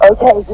Okay